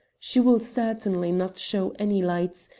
she will certainly not show any lights,